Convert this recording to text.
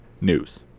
news